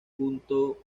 junto